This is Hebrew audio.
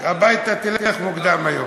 הביתה תלך מוקדם היום.